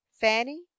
Fanny